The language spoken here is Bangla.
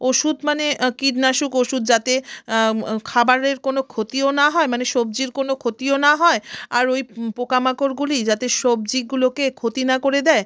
ওষুধ মানে কীটনাশক ওষুধ যাতে খাবারের কোনো ক্ষতিও না হয় মানে সবজির কোনো ক্ষতিও না হয় আর ওই পোকামাকড়গুলি যাতে সবজিগুলোকে ক্ষতি না করে দেয়